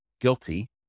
guilty